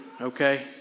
Okay